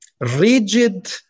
rigid